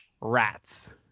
Rats